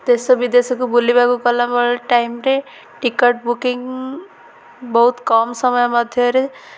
ଦେଶ ବିଦେଶକୁ ବୁଲିବାକୁ ଗଲାବେଳେ ଟାଇମରେେ ଟିକଟ ବୁକିଂ ବହୁତ କମ ସମୟ ମଧ୍ୟରେ